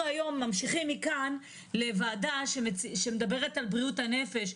אנחנו היום ממשיכים מכאן לוועדה שמדברת על בריאות הנפש,